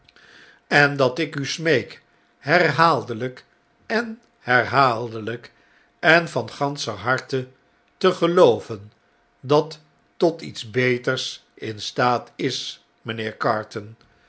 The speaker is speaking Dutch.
en dat ik u smeek herhaaldelijk en herhaaldeljjk en van ganscher harte te gelooven dat tot iets beters in staat is mjjnheer carton